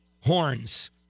horns